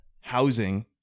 housing